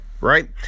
right